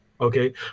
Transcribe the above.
okay